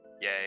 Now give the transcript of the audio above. Yay